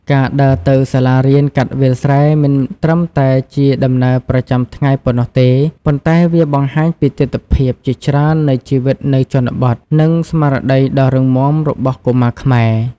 ការដើរទៅសាលារៀនកាត់វាលស្រែ មិនត្រឹមតែជាដំណើរប្រចាំថ្ងៃប៉ុណ្ណោះទេ ប៉ុន្តែវាបង្ហាញពីទិដ្ឋភាពជាច្រើននៃជីវិតនៅជនបទ និង ស្មារតីដ៏រឹងមាំ របស់កុមារខ្មែរ។